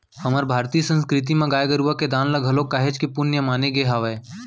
हमर भारतीय संस्कृति म गाय गरुवा के दान ल घलोक काहेच के पुन्य माने गे हावय